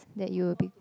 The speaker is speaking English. that you will be